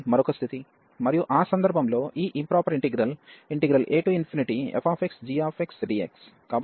మరియు ఆ సందర్భంలో ఈ ఇంప్రాపర్ ఇంటిగ్రల్ afxgxdx